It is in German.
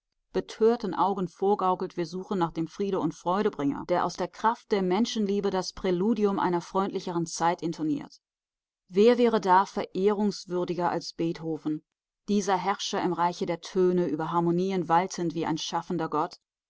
betörten augen vorgaukelt wir suchen nach dem friede und freudebringer der aus der kraft der menschenliebe das präludium einer freundlicheren zeit intoniert wer wäre da verehrungswürdiger als beethoven dieser herrscher im reiche der töne über harmonien waltend wie ein schaffender gott